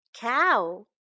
Cow